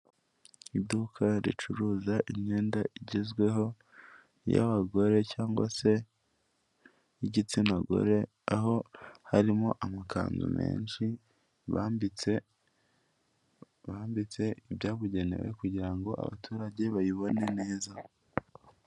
Iduka ricuruza imyenda igezweho, iy'abagore cyangwa se iy'igitsina gore, aho harimo amakanzu menshi bambitse bambitse ibyabugenewe kugira ngo abaturage bayibone neza.